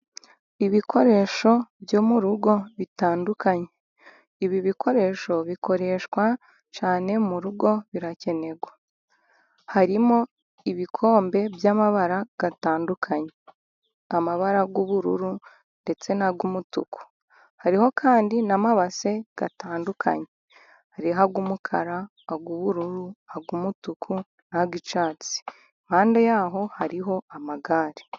Ibikoresho byo mu rugo bitandukanye ibi bikoresho bikoreshwa cyane mu rugo birakenerwa, harimo ibikombe by'amabara atandukanye amabara y'ubururu ndetse n'ay'umutuku. Hariho kandi na mabase atandukanye hariho ay'umukara, ay'ubururu, ay'umutuku nay'icyatsi. Impande yaho hariho amagare.